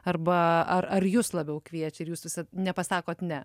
arba ar ar jus labiau kviečia ir jūs nepasakot ne